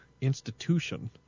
institution